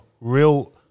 real